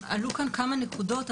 עלו כאן כמה נקודות,